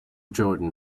jordan